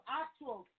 actual